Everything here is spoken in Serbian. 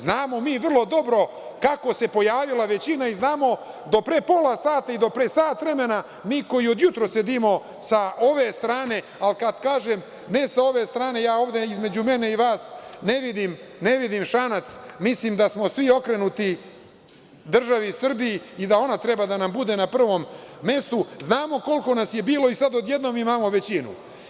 Znamo mi vrlo dobro kako se pojavila većina i znamo do pre pola sata i do pre sat vremena, mi koji od jutros sedimo sa ove strane, ali kad kažem ne sa ove strane, ja ovde između mene i vas ne vidim šanac, mislim da smo svi okrenuti državi Srbiji i da ona treba da nam bude na prvom mestu, znamo koliko nas je bilo i sad odjednom imamo većinu.